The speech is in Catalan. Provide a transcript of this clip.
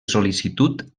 sol·licitud